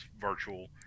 virtual